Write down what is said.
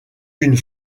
une